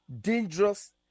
dangerous